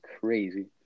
crazy